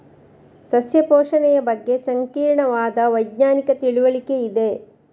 ಸಸ್ಯ ಪೋಷಣೆಯ ಬಗ್ಗೆ ಸಂಕೀರ್ಣವಾದ ವೈಜ್ಞಾನಿಕ ತಿಳುವಳಿಕೆ ಇದೆ